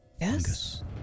Yes